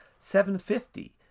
750